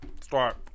start